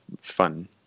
fun